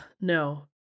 no